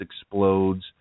explodes